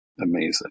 Amazing